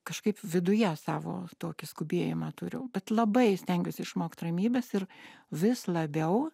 kažkaip viduje savo tokį skubėjimą turiu bet labai stengiuosi išmokt ramybės ir vis labiau